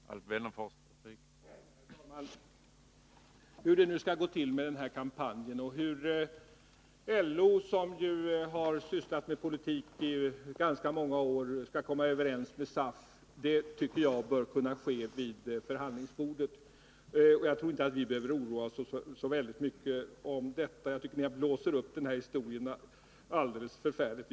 Herr talman! Hur det skall gå till med den här kampanjen och hur LO, som ju har sysslat med politik i ganska många år, skall komma överens med SAF tycker jag bör tas upp vid förhandlingsbordet. Jag tror inte att vi behöver oroa oss så väldigt mycket för detta. Jag tycker att ni helt i onödan blåser upp den här historien alldeles förfärligt.